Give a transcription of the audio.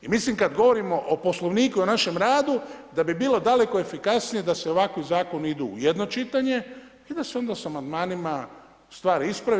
I mislim kad govorimo o Poslovniku i o našem radu, da bi bilo daleko efikasnije da se ovakvi zakoni idu u jedno čitanje i da se onda sa amandmanima stvari isprave.